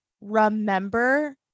Remember